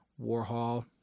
Warhol